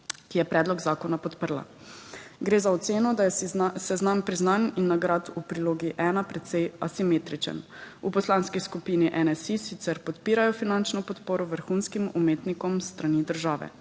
ki je predlog zakona podprla. Gre za oceno, da je seznam priznanj in nagrad v Prilogi ena precej asimetričen. V Poslanski skupini NSi sicer podpirajo finančno podporo vrhunskim umetnikom s strani države.